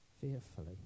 Fearfully